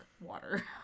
water